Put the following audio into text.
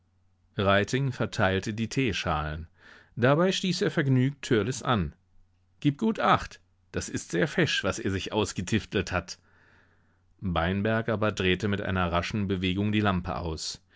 verteilte die teeschalen dabei stieß er vergnügt törleß an gib gut acht das ist sehr fesch was er sich ausgetiftelt hat beineberg aber drehte mit einer raschen bewegung die lampe aus